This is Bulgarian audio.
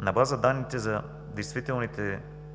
На база данните за действителните